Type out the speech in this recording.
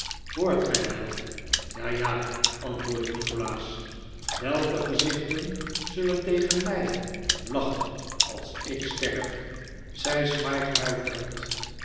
hoort gij wel ja ja antwoordde nikolaas welke gezichten zullen tegen m ij nikolaas nickleby lachen als ik sterf zei smike huiverend